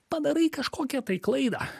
padarai kažkokią tai klaidą